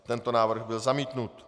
Tento návrh byl zamítnut.